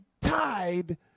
tied